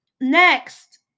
next